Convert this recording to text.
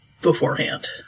beforehand